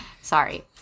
Sorry